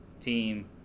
team